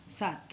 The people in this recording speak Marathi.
सात